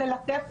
ללטף,